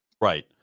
Right